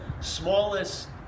smallest